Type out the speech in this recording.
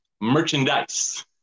merchandise